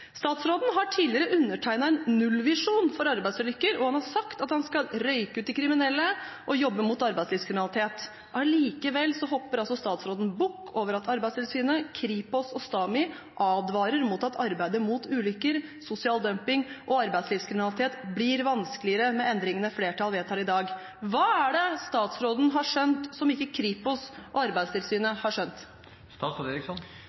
Statsråden har tidligere undertegnet en nullvisjon for arbeidsulykker, og han har sagt at han skal «røyke ut de kriminelle» og jobbe mot arbeidslivskriminalitet. Men likevel hopper statsråden bukk over at Arbeidstilsynet, Kripos og STAMI advarer mot at arbeidet mot ulykker, sosial dumping og arbeidslivskriminalitet blir vanskeligere med de endringene flertallet vedtar i dag. Hva er det statsråden har skjønt, som ikke Kripos og Arbeidstilsynet har skjønt?